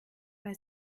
bei